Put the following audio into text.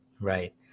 Right